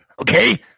okay